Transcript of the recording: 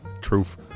Truth